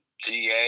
GA